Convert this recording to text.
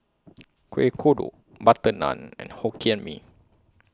Kueh Kodok Butter Naan and Hokkien Mee